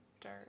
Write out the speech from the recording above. dirt